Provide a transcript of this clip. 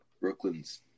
Brooklyn's